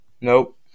Nope